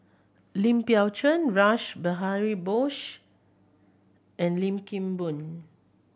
Lim Biow Chuan Rash Behari Bose and Lim Kim Boon